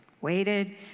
waited